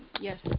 Yes